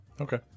Okay